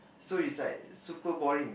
so is like super boring